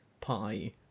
pie